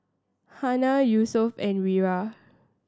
Hana Yusuf and Wira